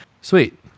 Sweet